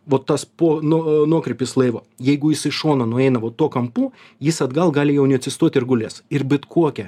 vot tas po no nuokrypis laivo jeigu jis į šoną nueina va tuo kampu jis atgal gali jau neatsistot ir gulės ir bet kokia